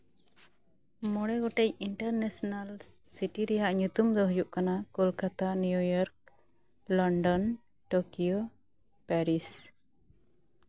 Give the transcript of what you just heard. ᱢᱚᱬᱮ ᱜᱚᱴᱮᱡ international city ᱨᱮᱭᱟᱜ ᱧᱩᱛᱩᱢ ᱫᱚ ᱦᱩᱭᱩᱜ ᱠᱟᱱᱟ Kolkata New York London Tokyo Paris